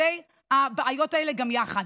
בשתי הבעיות האלה גם יחד.